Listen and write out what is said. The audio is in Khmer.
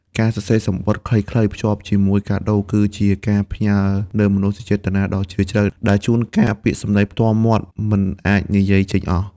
ការសរសេរសំបុត្រខ្លីៗភ្ជាប់ជាមួយកាដូ គឺជាការផ្ញើនូវមនោសញ្ចេតនាដ៏ជ្រាលជ្រៅ ដែលជួនកាលពាក្យសម្ដីផ្ទាល់មាត់មិនអាចនិយាយចេញអស់។